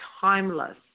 timeless